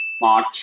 March